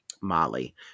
molly